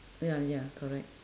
ya ya correct